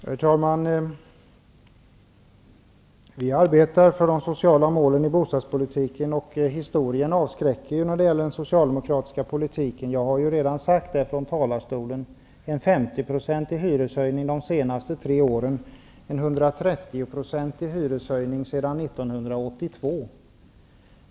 Herr talman! Vi arbetar för de sociala målen i bostadspolitiken. Historien avskräcker när det gäller den socialdemokratiska politiken, det har jag redan sagt från talarstolen. Vi har under de senaste tre åren fått en 50-procentig hyreshöjning och en 130-procentig hyreshöjning sedan 1982.